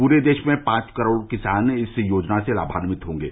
पूरे देश में पांच करोड़ किसान इस योजना से लाभावित होंगे